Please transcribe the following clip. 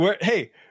Hey